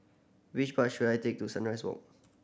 which bus should I take to Sunrise Walk